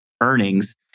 earnings